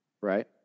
right